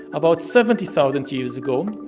about seventy thousand years ago,